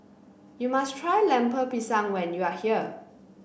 you must try Lemper Pisang when you are here